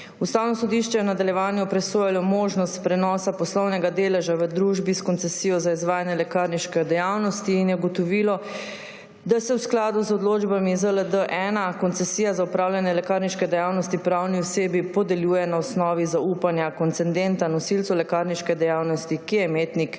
Ustavno sodišče je v nadaljevanju presojalo možnost prenosa poslovnega deleža v družbi s koncesijo za izvajanje lekarniške dejavnosti in je ugotovilo, da se v skladu z odločbami ZLD-1 koncesija za opravljanje lekarniške dejavnosti pravni osebi podeljuje na osnovi zaupanja koncedenta nosilcu lekarniške dejavnosti, ki je imetnik